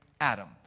Adam